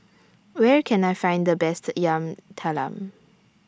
Where Can I Find The Best Yam Talam